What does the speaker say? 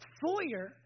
foyer